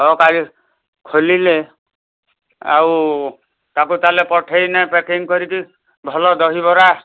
ହଉ କାଲି ଖୋଲିଲେ ଆଉ ତାକୁ ତାହେଲେ ପଠେଇନେ ପ୍ୟାକିଙ୍ଗ୍ କରିକି ଭଲ ଦହିବରା